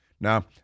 Now